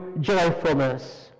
joyfulness